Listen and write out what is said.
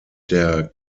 der